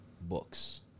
books